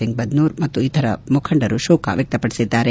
ಸಿಂಗ್ ಬದ್ನೋರ್ ಮತ್ತು ಇತರ ಮುಖಂಡರು ಶೋಕ ವ್ಯಕ್ತಪಡಿಸಿದ್ದಾರೆ